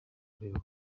kureba